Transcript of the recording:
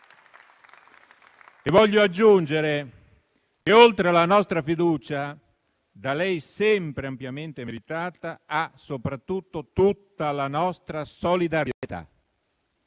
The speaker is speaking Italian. Voglio aggiungere che oltre alla nostra fiducia, da lei sempre ampiamente meritata, ha soprattutto tutta la nostra solidarietà